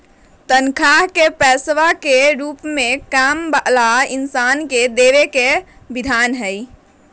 तन्ख्वाह के पैसवन के रूप में काम वाला इन्सान के देवे के विधान हई